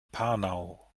panau